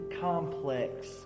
complex